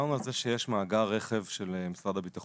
דיברנו על זה שיש מאגר רכב של משרד הביטחון